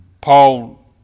Paul